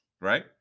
right